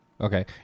Okay